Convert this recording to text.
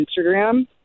Instagram